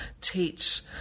teach